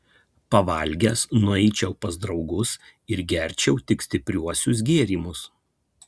pavalgęs nueičiau pas draugus ir gerčiau tik stipriuosius gėrimus